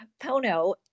Pono